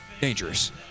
dangerous